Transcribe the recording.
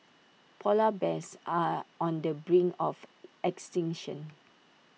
Polar Bears are on the brink of extinction